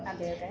അതെ അതെ